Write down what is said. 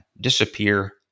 disappear